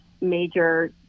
major